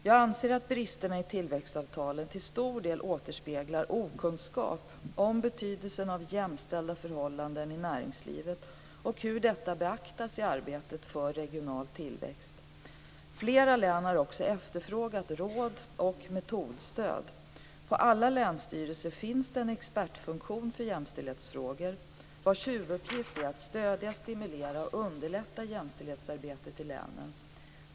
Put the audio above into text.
Jag anser att bristerna i tillväxtavtalen till stor del återspeglar okunskap om betydelsen av jämställda förhållanden i näringslivet och hur detta beaktas i arbetet för regional tillväxt. Flera län har också efterfrågat råd och metodstöd. På alla länsstyrelser finns det en expertfunktion för jämställdhetsfrågor, vars huvuduppgift är att stödja, stimulera och underlätta jämställdhetsarbetet i länen.